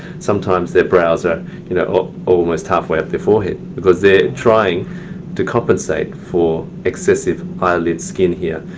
sometimes their brows are you know are almost half way up their forehead because they are trying to compensate for excessive eyelid skin here.